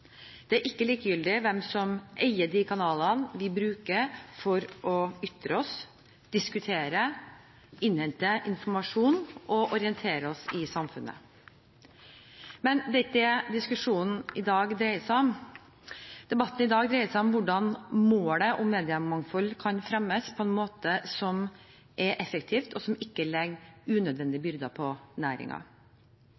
Det er ikke likegyldig hvem som eier de kanalene vi bruker for å ytre oss, diskutere, innhente informasjon og orientere oss i samfunnet. Men det er ikke det diskusjonen i dag dreier seg om. Debatten i dag dreier seg om hvordan målet om mediemangfold kan fremmes på en måte som er effektiv, og som ikke legger unødvendige